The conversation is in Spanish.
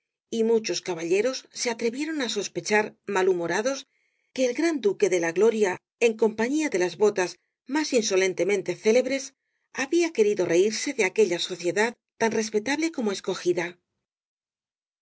y muchos caballeros se atrevieron á sospechar malhumorados que el gran duque de la gloria en compañía de las botas más insolentemente célebres había querido reírse de aquella sociedad tan respetable como escogida